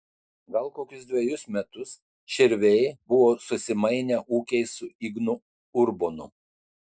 gal kokius dvejus metus širviai buvo susimainę ūkiais su ignu urbonu